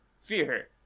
fear